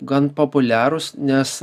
gan populiarūs nes